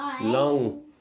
long